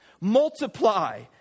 Multiply